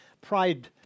pride